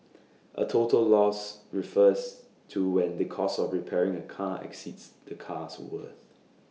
A total loss refers to when the cost of repairing A car exceeds the car's worth